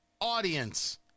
audience